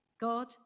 God